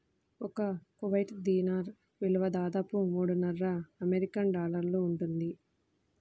ఒక Kuwait dinar విలువ దాదాపు మూడున్నర అమెరికన్ డాలర్లు ఉంటుంది